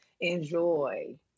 enjoy